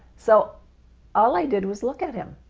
so all i did was look at him.